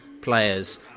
players